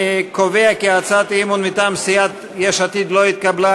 אני קובע כי הצעת האי-אמון מטעם סיעת יש עתיד לא התקבלה.